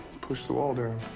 push the wall